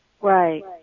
Right